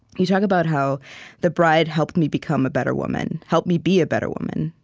you talk about how the bride helped me become a better woman, helped me be a better woman.